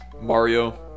Mario